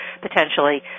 potentially